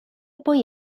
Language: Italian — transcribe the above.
poi